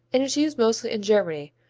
and is used mostly in germany,